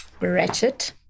ratchet